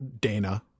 Dana